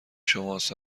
شماست